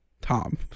tom